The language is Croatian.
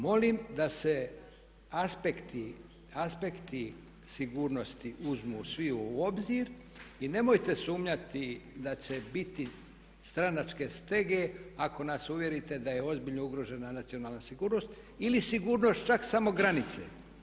Molim da se aspekti, aspekti sigurnosti uzmu svi u obzir i nemojte sumnjati da će biti stranačke stege ako nas uvjerite da je ozbiljno ugrožena nacionalna sigurnost ili sigurnost čak samo granice.